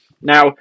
Now